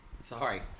Sorry